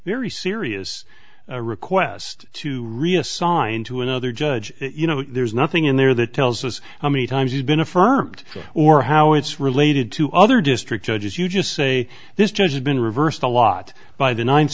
very serious request to reassign to another judge you know there's nothing in there that tells us how many times you've been affirmed or how it's related to other district judges you just say this judge has been reversed a lot by the ninth